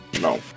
no